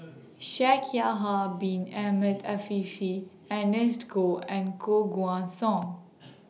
Shaikh Yahya Bin Ahmed Afifi Ernest Goh and Koh Guan Song